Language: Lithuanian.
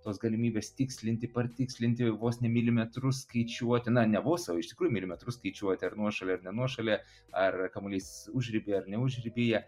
tos galimybės tikslinti partikslinti vos ne milimetrus skaičiuoti na ne vos o iš tikrųjų milimetrus skaičiuoti ar nuošalė ar ne nuošalė ar kamuolys užribyje ar ne užribyje